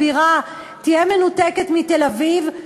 הבירה תהיה מנותקת מתל-אביב,